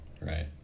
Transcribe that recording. Right